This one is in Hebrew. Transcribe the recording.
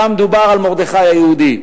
ושם דובר על מרדכי היהודי.